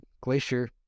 Glacier